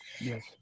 Yes